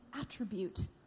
attribute